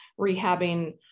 rehabbing